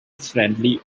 friendly